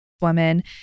woman